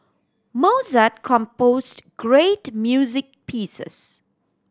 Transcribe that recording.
Mozart composed great music pieces